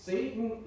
Satan